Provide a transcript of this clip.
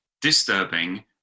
disturbing